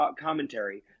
commentary